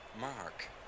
Mark